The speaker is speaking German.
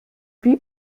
wie